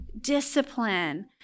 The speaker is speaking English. discipline